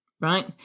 right